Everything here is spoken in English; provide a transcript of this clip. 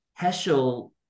Heschel